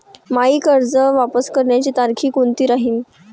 मायी कर्ज वापस करण्याची तारखी कोनती राहीन?